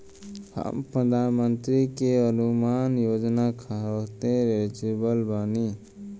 हम प्रधानमंत्री के अंशुमान योजना खाते हैं एलिजिबल बनी?